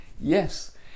yes